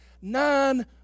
nine